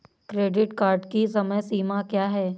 Credit card की समय सीमा क्या है?